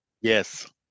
Yes